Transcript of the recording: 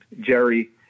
Jerry